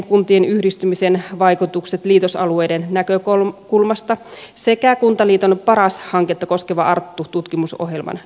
kuntien yhdistymisen vaikutukset liitosalueiden näkökulmasta sekä kuntaliiton paras hanketta koskevat arttu tutkimusohjelman julkaisut